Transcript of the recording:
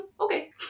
okay